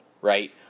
right